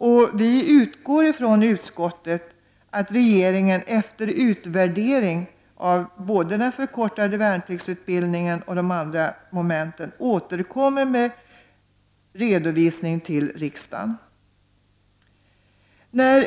I utskottet utgår vi ifrån att regeringen efter utvärderingen av både den förkortade värnpliktsutbildningen och de andra momenten återkommer med en redovisning till riksdagen. Vi har